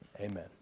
amen